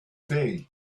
day